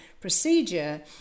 procedure